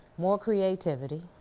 more creativity,